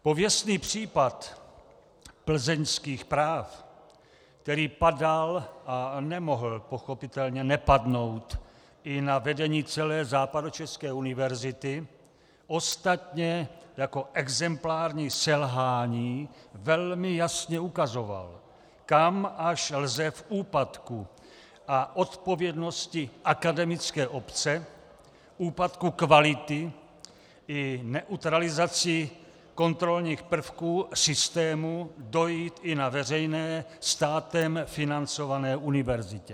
Pověstný případ plzeňských práv, který padal, a nemohl pochopitelně nepadnout, i na vedení celé Západočeské univerzity, ostatně jako exemplární selhání velmi jasně ukazoval, kam až lze v úpadku a v odpovědnosti akademické obce, úpadku kvality i neutralizací kontrolních prvků systému dojít i na veřejné, státem financované univerzitě.